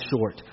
short